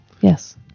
yes